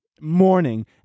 morning